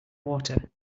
water